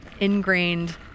ingrained